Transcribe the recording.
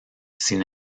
sin